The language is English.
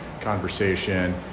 conversation